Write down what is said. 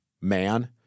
man